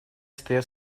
стоят